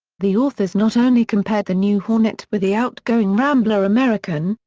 the authors not only compared the new hornet with the outgoing rambler american,